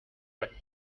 rate